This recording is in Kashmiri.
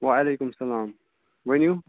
وعلیکُم السلام ؤنِو